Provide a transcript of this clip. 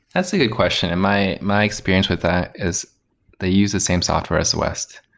that's a good question. and my my experience with that is they use the same software as the west.